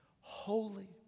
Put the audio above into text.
Holy